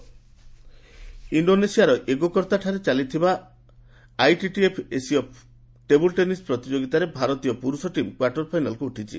tennis ଇଣ୍ଡୋନେସିଆର ୟୋଗକର୍ତ୍ତାଠାରେ ଚାଲିଥିବା ଆଇଟିଟିଏଫ୍ ଏସୀୟ ଟେବୁଲ୍ ଟେନିସ୍ ପ୍ରତିଯୋଗିତାରେ ଭାରତୀୟ ପୁରୁଷ ଟିମ୍ କ୍ୱାର୍ଟରଫାଇନାଲ୍କୁ ଉଠିଛି